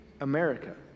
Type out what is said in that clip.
America